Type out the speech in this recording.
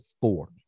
four